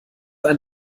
ein